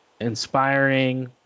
Inspiring